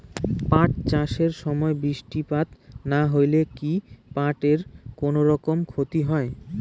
পাট চাষ এর সময় বৃষ্টিপাত না হইলে কি পাট এর কুনোরকম ক্ষতি হয়?